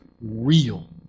real